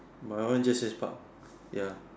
my one just says part ya